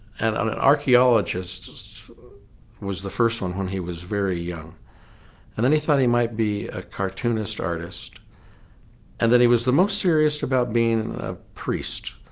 and on an archaeologist was the first one when he was very young and then he thought he might be a cartoonist artist and then he was the most serious about being a priest.